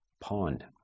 pond